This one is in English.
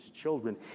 children